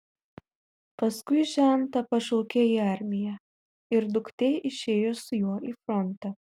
paskui žentą pašaukė į armiją ir duktė išėjo su juo į frontą